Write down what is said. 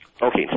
Okay